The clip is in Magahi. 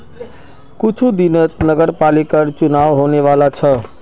कुछू दिनत नगरपालिकर चुनाव होने वाला छ